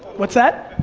what's that?